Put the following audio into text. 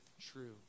true